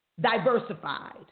diversified